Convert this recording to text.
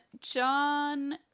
John